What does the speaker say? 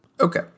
Okay